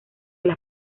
las